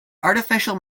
artificial